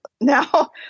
Now